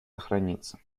сохранится